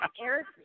Eric